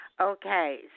Okay